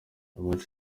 iwacu